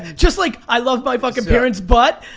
just like i love my fuckin' parents but,